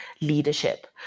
leadership